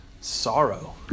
sorrow